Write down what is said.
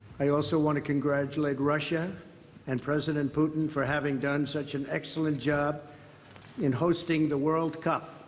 i also want to congratulate russia and president putin for having done such an excellent job in hosting the world cup.